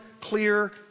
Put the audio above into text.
clear